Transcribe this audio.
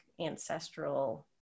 ancestral